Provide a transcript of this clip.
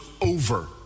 over